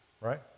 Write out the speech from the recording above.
right